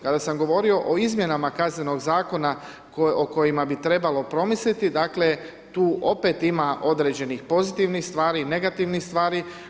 Kada sam govorio o izmjenama kaznenog zakona, o kojima bi trebalo promisliti, dakle, tu opet ima određenih pozitivnih stvari, negativnih stvari.